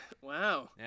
Wow